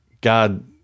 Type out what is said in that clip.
God –